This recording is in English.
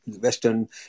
Western